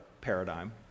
paradigm